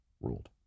ruled